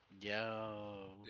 Yo